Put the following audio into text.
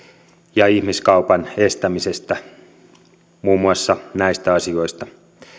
ja ihmiskaupan estämisestä muun muassa näistä asioista